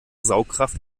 saugkraft